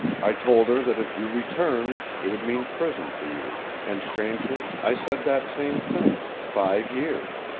i told her that if you returned it would mean prison for you, and strangely i said that same thing five years.